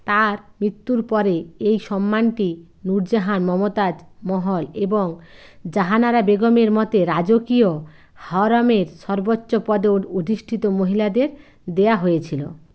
তার মৃত্যুর পরে এই সম্মানটি নুরজাহান মমতাজ মহল এবং জাহানারা বেগমের মতে রাজকীয় হরমের সর্বোচ্চ পদে অধিষ্ঠিত মহিলাদের দেয়া হয়েছিলো